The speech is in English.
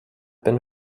been